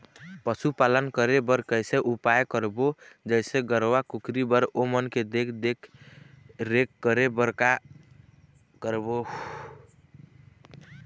पशुपालन करें बर कैसे उपाय करबो, जैसे गरवा, कुकरी बर ओमन के देख देख रेख करें बर का करबो?